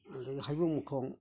ꯑꯗꯒꯤ ꯍꯩꯕꯣꯡ ꯃꯈꯣꯡ